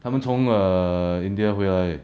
他们从 err India 回来